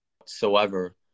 whatsoever